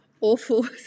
awful